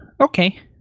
okay